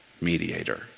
Mediator